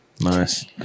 Nice